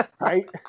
Right